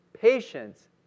Patience